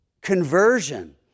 conversion